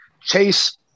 chase